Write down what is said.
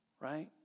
Right